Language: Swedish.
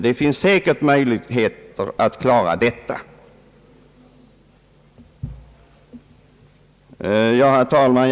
Det finns säkert möjligheter att lösa dessa problem. Herr talman!